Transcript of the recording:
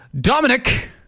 Dominic